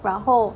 然后